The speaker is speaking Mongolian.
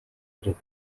ирээд